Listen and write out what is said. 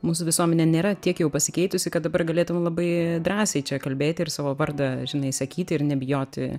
mūsų visuomenė nėra tiek jau pasikeitusi kad dabar galėtų labai drąsiai čia kalbėti ir savo vardą žinai sakyti ir nebijoti